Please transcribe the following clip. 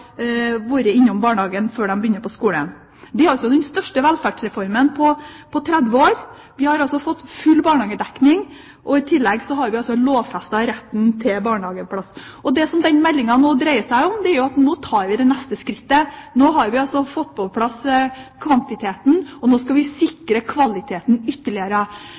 vært innom barnehagen før de begynner på skolen. Det er altså den største velferdsreformen på 30 år. Vi har fått full barnehagedekning, og i tillegg har vi lovfestet retten til barnehageplass. Det meldingen nå dreier seg om, er at nå tar vi det neste skrittet. Nå har vi fått på plass kvantiteten, og nå skal vi sikre kvaliteten ytterligere.